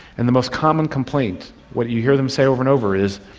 and the most common complaint, what you hear them say over and over is,